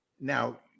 Now